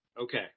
Okay